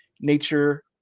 nature